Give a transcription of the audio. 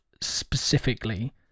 specifically